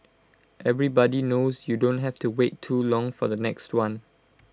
everybody knows you don't have to wait too long for the next one